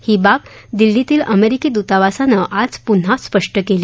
ही बाब दिल्लीतील अमेरिकी दूतावासांन आज पुन्हा सप्ट केली